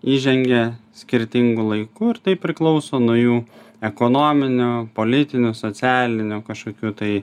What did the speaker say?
įžengia skirtingu laiku ir tai priklauso nuo jų ekonominių politinių socialinių kažkokių tai